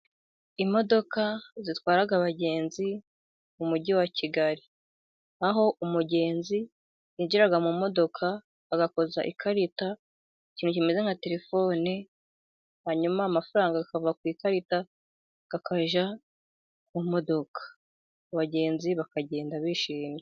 Imodoka zitwara abagenzi mu mujyi wa kigali, aho umugenzi yageraga mu modoka agakoza ikarita ikintu kimeze nka telefone hanyuma amafaranga akava ku ikarita akajya ku modoka. Abagenzi bakagenda bishimye.